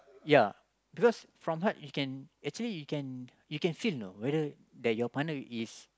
ya because from heart you can actually you can you can feel know whether that your partner is